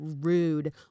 rude